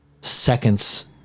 seconds